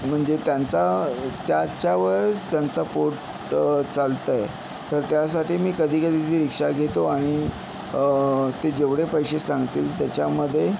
म्हणजे त्यांचा त्याच्यावरच त्यांचं पोट चालतं आहे तर त्यासाठी मी कधी कधी ती रिक्शा घेतो आणि ते जेवढे पैसे सांगतील त्याच्यामध्ये